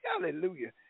Hallelujah